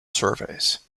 surveys